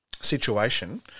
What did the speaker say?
situation